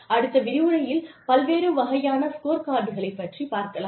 அடுத்த விரிவுரையில் பல்வேறு வகையான ஸ்கோர்கார்ட்களை பற்றி பார்க்கலாம்